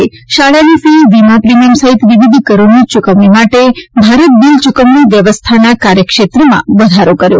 એ શાળાની ફી વીમા પ્રિમીયમ સહિત વિવિધ કરોની ચૂકવણી માટે ભારત બિલ ચૂકવણી વ્યવસ્થાના કાર્યક્ષેત્રમાં વધારો કર્યો